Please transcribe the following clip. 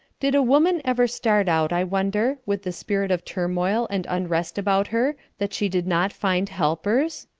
did a woman ever start out, i wonder, with the spirit of turmoil and unrest about her, that she did not find helpers?